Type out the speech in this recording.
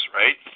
right